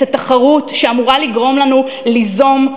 את התחרות שאמורה לגרום לנו ליזום,